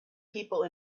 people